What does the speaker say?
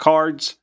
Cards